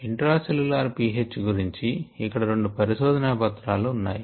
intra cellular pH గురించి ఇక్కడ రెండు పరిశోధనా పత్రాలు ఉన్నాయి